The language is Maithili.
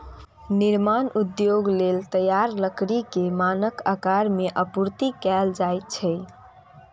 निर्माण उद्योग लेल तैयार लकड़ी कें मानक आकार मे आपूर्ति कैल जाइ छै